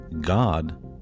God